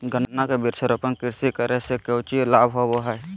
गन्ना के वृक्षारोपण कृषि करे से कौची लाभ होबो हइ?